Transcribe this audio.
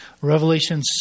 Revelation